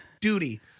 Duty